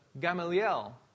Gamaliel